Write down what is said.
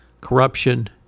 corruption